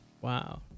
Wow